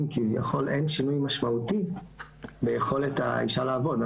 כביכול אין שינוי משמעותי ביכולת האישה לעבוד.